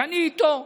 שאני איתו,